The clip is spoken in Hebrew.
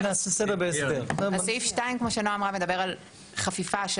סעיף (2) כמו שנעה אמרה מדבר על חפיפה של